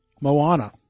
Moana